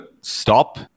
stop